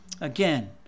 again